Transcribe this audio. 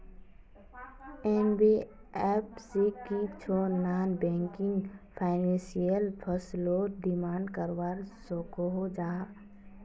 NBFC की छौ non banking financial फसलोत डिमांड करवा सकोहो जाहा?